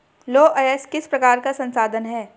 लौह अयस्क किस प्रकार का संसाधन है?